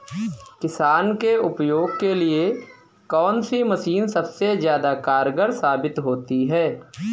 किसान के उपयोग के लिए कौन सी मशीन सबसे ज्यादा कारगर साबित होती है?